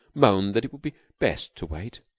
moaned that it would be best to wait.